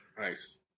Nice